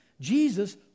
Jesus